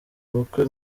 ubukwe